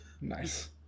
Nice